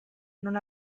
non